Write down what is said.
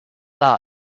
that